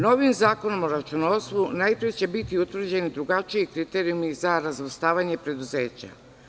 Novim zakonom o računovodstvu biće utvrđeni drugačiji kriterijumi za razvrstavanje preduzeća.